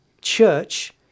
church